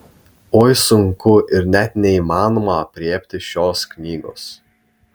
oi sunku ir net neįmanoma aprėpti šios knygos